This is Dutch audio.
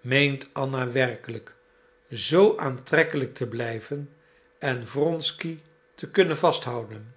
meent anna werkelijk zoo aantrekkelijk te blijven en wronsky te kunnen vasthouden